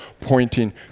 pointing